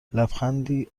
لبخندی